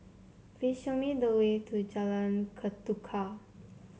please show me the way to Jalan Ketuka